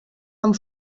amb